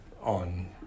on